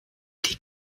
die